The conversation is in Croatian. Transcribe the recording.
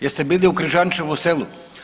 Jeste bili u Križančevu selu?